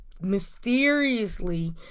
mysteriously